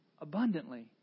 abundantly